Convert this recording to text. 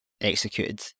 executed